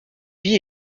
vit